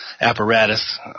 apparatus